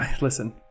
listen